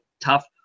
tough